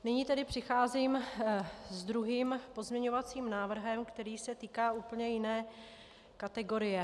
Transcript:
Nyní tedy přicházím s druhým pozměňovacím návrhem, který se týká úplně jiné kategorie.